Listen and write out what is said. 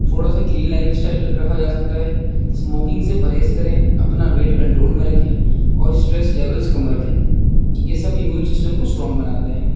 تھوڑا سا clean lifestyle رکھا جا سکتا ہے اسموکنگ سے پرہز کریں اپنا ویٹ کنٹرول میں رکھیں اور اسٹریس لیولس کم رکھیں یہ سب امیون سسٹم کو اسٹرانگ بناتے ہیں